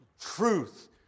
truth